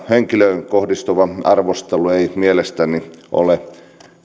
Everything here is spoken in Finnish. henkilöön kohdistuva arvostelu ei mielestäni ole